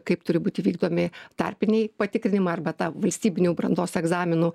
kaip turi būti vykdomi tarpiniai patikrinimai arba ta valstybinių brandos egzaminų